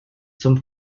zum